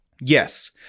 Yes